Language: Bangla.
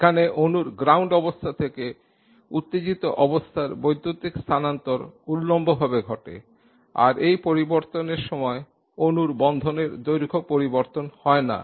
এখানে অণুর গ্রাউন্ড অবস্থা থেকে উত্তেজিত অবস্থার বৈদ্যুতিক স্থানান্তর উল্লম্বভাবে ঘটে আর এই পরিবর্তনের সময় অণুর বন্ধনের দৈর্ঘ্য পরিবর্তন হয় না